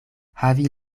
havi